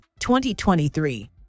2023